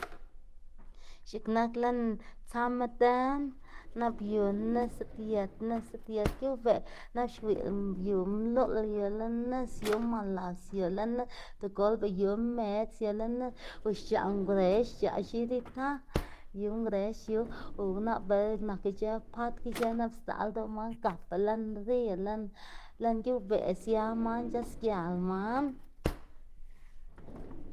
x̱iꞌk nak lën tsama dën nap yu nis ziꞌdyët nis ziꞌdyët geꞌwbeꞌ nap xwiylá yu mluꞌl yu lën nis, yu mal las yu lën nis tigolba yu medz yu lën nis o xc̲h̲aꞌ ngrex xc̲h̲aꞌ x̱iꞌd ita yu ngrex yu o nap bela nak ic̲h̲ë pat ki ic̲h̲ë nap sdzaꞌl ldoꞌ man gap lënu lën rio lën geꞌwbeꞌ sia man c̲h̲asgial man.